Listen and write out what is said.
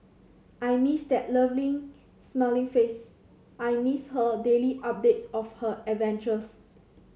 I miss that lovely smiling face I miss her daily updates of her adventures